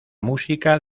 música